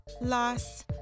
loss